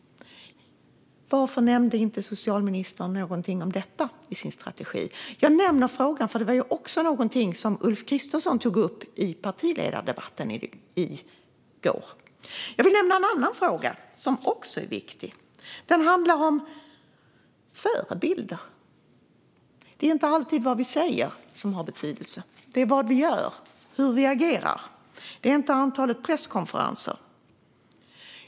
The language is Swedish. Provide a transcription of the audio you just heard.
Varför nämnde socialministern inte någonting om detta i sin strategi? Jag nämner frågan, eftersom det var någonting som även Ulf Kristersson tog upp i partiledardebatten i går. Jag vill nämna en annan fråga som också är viktig. Den handlar om förebilder. Det är inte alltid vad vi säger som har betydelse, utan det är vad vi gör och hur vi agerar. Det är inte antalet presskonferenser.